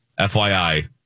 FYI